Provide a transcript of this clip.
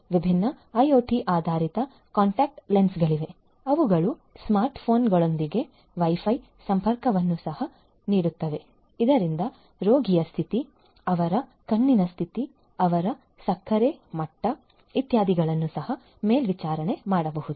ವಿಭಿನ್ನ ಐಒಟಿ ಆಧಾರಿತ ಕಾಂಟ್ಯಾಕ್ಟ್ ಲೆನ್ಸ್ಗಳಿವೆ ಅವುಗಳು ಸ್ಮಾರ್ಟ್ ಫೋನ್ಗಳೊಂದಿಗೆ ವೈ ಫೈ ಸಂಪರ್ಕವನ್ನು ಸಹ ನೀಡುತ್ತವೆ ಇದರಿಂದಾಗಿ ರೋಗಿಯ ಸ್ಥಿತಿ ಅವರ ಕಣ್ಣಿನ ಸ್ಥಿತಿ ಅವರ ಸಕ್ಕರೆ ಮಟ್ಟ ಇತ್ಯಾದಿಗಳನ್ನು ಸಹ ಮೇಲ್ವಿಚಾರಣೆ ಮಾಡಬಹುದು